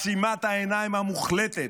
עצימת העיניים המוחלטת,